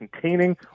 containing